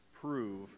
prove